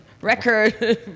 record